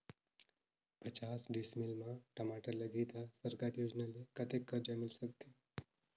पचास डिसमिल मा टमाटर लगही त सरकारी योजना ले कतेक कर्जा मिल सकथे?